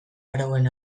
arauen